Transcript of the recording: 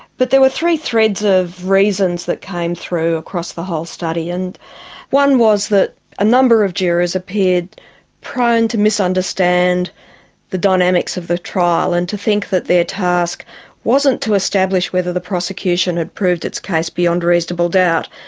but there were three threads of reasons that came through across the whole study, and one was that a number of jurors appeared prone to misunderstand the dynamics of the trial and to think that their task wasn't to establish whether the prosecution had proved its case beyond reasonable doubt.